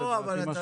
זה מה שיקרה.